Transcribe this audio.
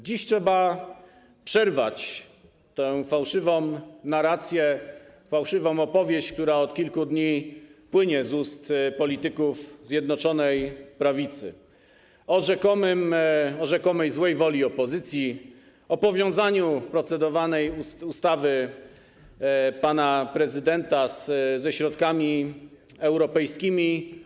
Dziś trzeba przerwać tę fałszywą narrację, fałszywą opowieść, która od kilku dni płynie z ust polityków Zjednoczonej Prawicy, o rzekomej złej woli opozycji, o powiązaniu procedowanej ustawy pana prezydenta ze środkami europejskimi.